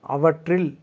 அவற்றில்